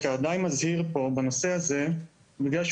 את אומרת